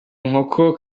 nkoko